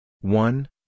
One